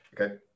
okay